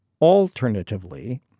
Alternatively